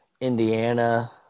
Indiana